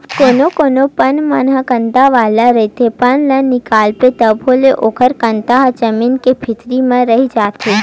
कोनो कोनो बन मन ह कांदा वाला रहिथे, बन ल निंदवाबे तभो ले ओखर कांदा ह जमीन के भीतरी म रहि जाथे